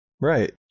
right